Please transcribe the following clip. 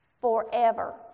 forever